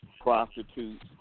prostitutes